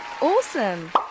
Awesome